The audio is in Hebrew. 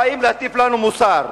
באים להטיף לנו מוסר.